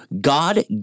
God